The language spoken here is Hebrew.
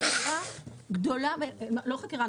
חקירה גדולה לא חקירה,